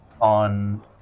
on